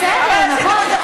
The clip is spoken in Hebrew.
בסדר, נכון.